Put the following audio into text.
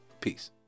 Peace